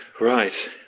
Right